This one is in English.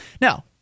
Now